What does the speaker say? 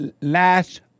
Last